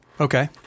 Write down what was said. Okay